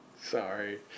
Sorry